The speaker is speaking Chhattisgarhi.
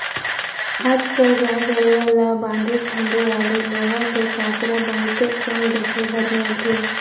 आज कल गाय गरूवा ल बांधे छांदे वाले लोहा के कांसरा बहुते कम देखे बर मिलथे